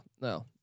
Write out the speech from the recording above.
No